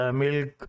milk